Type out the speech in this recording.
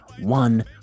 One